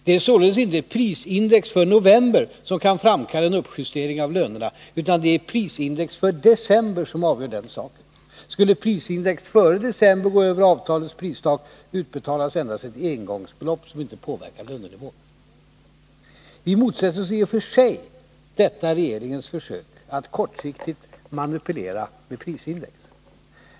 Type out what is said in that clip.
Det är således inte prisindex för november som kan framkalla en uppjustering av lönerna, utan det är prisindex för december som avgör den saken. Skulle prisindex före december gå över avtalets pristak, utbetalas endast ett engångsbelopp, som inte påverkar lönenivån. Vi motsätter oss i och för sig detta regeringens försök att kortsiktigt manipulera med prisindex.